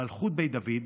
מלכות בית דוד,